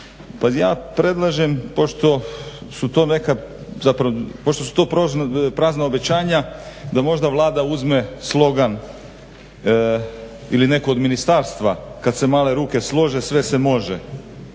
to neka, pošto su to prazna obećanja da možda Vlada uzme slogan ili neko od ministarstva kad se male ruke slože, sve se može.